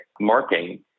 marking